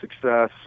success